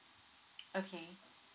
okay